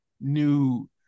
new